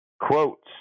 Quotes